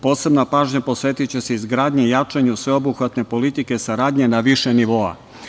Posebna pažnja posvetiće se izgradnji i jačanju sveobuhvatne politike saradnje na više nivoa.